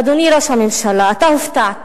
אדוני ראש הממשלה, אתה הופתעת,